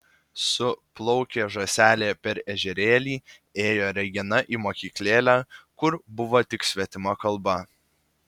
su plaukė žąselė per ežerėlį ėjo regina į mokyklėlę kur buvo tik svetima kalba